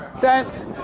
Dance